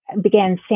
began